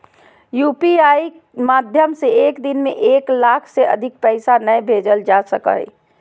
UPI माध्यम से एक दिन में एक लाख से अधिक पैसा नय भेजल जा सको हय